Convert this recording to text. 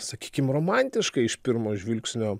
sakykim romantiškai iš pirmo žvilgsnio